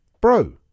Bro